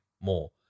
more